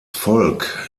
volk